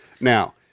Now